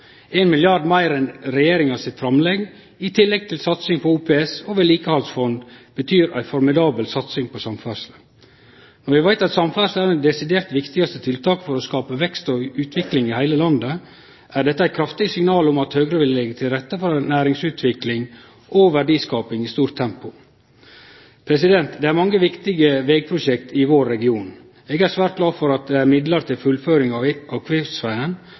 meir enn regjeringas framlegg i tillegg til satsing på OPS og vedlikehaldsfond betyr ei formidabel satsing på samferdsle. Når vi veit at samferdsle er det desidert viktigaste tiltaket for å skape vekst og utvikling i heile landet, er dette eit kraftig signal om at Høgre vil leggje til rette for næringsutvikling og verdiskaping i stort tempo. Det er mange viktige vegprosjekt i vår region. Eg er svært glad for at det er midlar til fullføring av Kvivsvegen,